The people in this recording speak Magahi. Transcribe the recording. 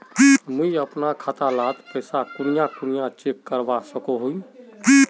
मुई अपना खाता डात पैसा कुनियाँ कुनियाँ चेक करवा सकोहो ही?